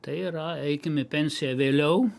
tai yra eikim į pensiją vėliau